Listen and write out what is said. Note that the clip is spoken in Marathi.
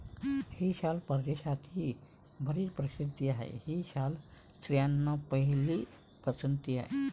ही शाल परदेशातही बरीच प्रसिद्ध आहे, ही शाल स्त्रियांची पहिली पसंती आहे